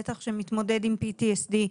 בטח שמתמודד עם PTSD,